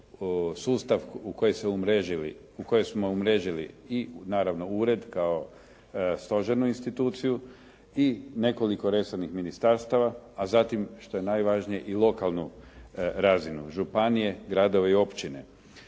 sustav u kojem smo umrežili i naravno ured kao stožernu instituciju i nekoliko resornih ministarstava, što je najvažnije i lokalnu razinu županije, gradove i općine.